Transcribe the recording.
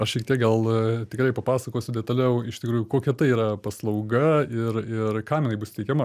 aš šiek tiek gal tikrai papasakosiu detaliau iš tikrųjų kokia tai yra paslauga ir ir kam jinai bus teikiama